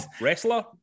Wrestler